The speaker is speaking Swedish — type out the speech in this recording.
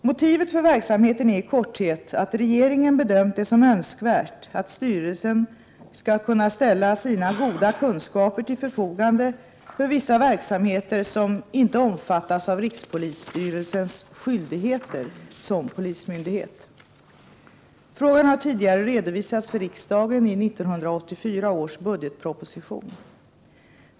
Motivet för verksamheten är i korthet att regeringen bedömt det som önskvärt att styrelsen skall kunna ställa sina goda kunskaper till förfogande för vissa verksamheter som inte omfattas av rikspolisstyrelsens skyldigheter som polismyndighet. Frågan har tidigare redovisats för riksdagen i 1984 års budgetproposition.